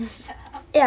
shut up